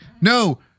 no